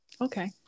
Okay